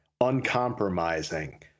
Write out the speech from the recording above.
uncompromising